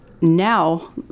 now